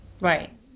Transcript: Right